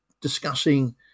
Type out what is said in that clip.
discussing